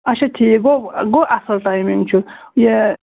اَچھا ٹھیٖک گوٚو گوٚو اَصٕل ٹایمِنٛگ چھُ یہِ